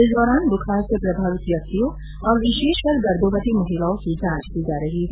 इस दौरान बुखार से प्रभावित व्यक्तियों और विशेषकर गर्भवती महिलाओं की जांच की जा रही है